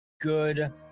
good